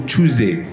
Tuesday